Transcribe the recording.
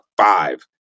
five